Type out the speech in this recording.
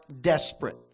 desperate